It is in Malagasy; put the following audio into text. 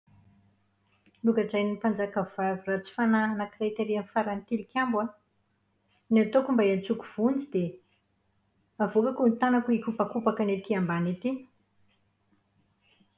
Nogadrain'ny mpanjaka vavy ratsy fanahy anakiray tery amin'ny faran'ny tilikambo aho. Ny ataoko mba hiantsoako vonjy dia avoakako ny tanako hikopakopaka ny ety ambany ety.